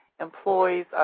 employees